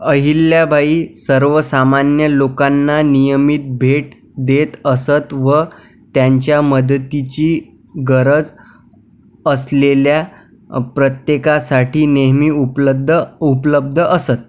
अहिल्याबाई सर्वसामान्य लोकांना नियमित भेट देत असत व त्यांच्या मदतीची गरज असलेल्या प्रत्येकासाठी नेहमी उपलध उपलब्ध असत